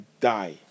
die